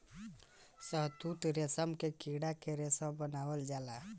शहतूत रेशम के कीड़ा से रेशम बनावल जाला इ कीट चाइना में पलाले सन